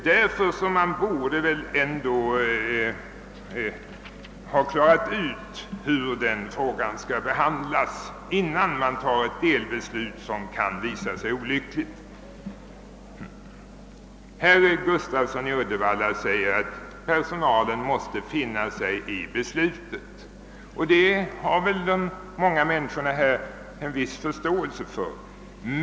Därför borde man väl ändå ha klarat ut hur den frågan skall behandlas innan man fattar ett delbeslut, som kan visa sig olyckligt. Herr Gustafsson i Uddevalla säger att personalen måste finna sig i beslutet, och det har väl många människor en viss förståelse för.